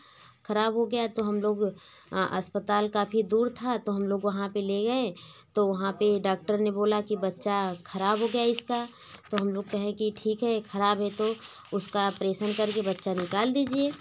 खराब हो गया तो हम लोग अस्पताल काफ़ी दूर था तो हम लोग वहाँ पर ले गए तो वहाँ पर डॉक्टार ने बोला कि बच्चा खराब हो गया इसका तो हम लोग कहें की ठीक है खराब है तो उसका ऑपरेशन करके बच्चा निकाल दीजिए